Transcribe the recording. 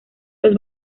los